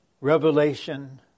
Revelation